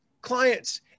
clients